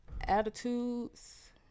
Attitudes